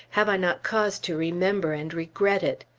have i not cause to remember and regret it?